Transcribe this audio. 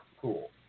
cool